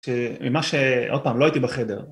ממה ש... עוד פעם, לא הייתי בחדר